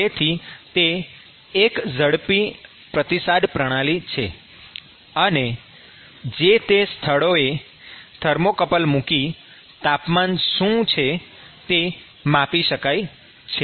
તેથી તે એક ઝડપી પ્રતિસાદ પ્રણાલી છે અને જે તે સ્થળોએ થર્મોકપલ મૂકીને તાપમાન શું છે તે માપી શકાય છે